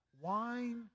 Wine